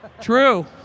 True